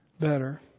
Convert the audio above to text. better